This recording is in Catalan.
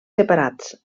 separats